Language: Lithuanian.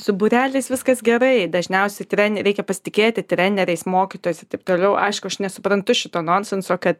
su būreliais viskas gerai dažniausiai tren reikia pasitikėti treneriais mokytojais ir taip toliau aišku aš nesuprantu šito nonsenso kad